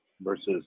versus